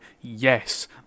yes